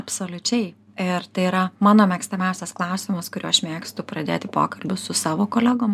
absoliučiai ir tai yra mano mėgstamiausias klausimas kuriuo aš mėgstu pradėti pokalbius su savo kolegom